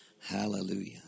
Hallelujah